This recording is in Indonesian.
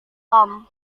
tom